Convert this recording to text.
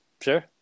sure